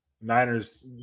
Niners